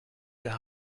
der